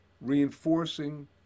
reinforcing